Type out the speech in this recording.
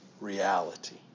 reality